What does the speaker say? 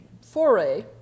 foray